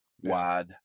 wide